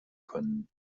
können